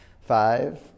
Five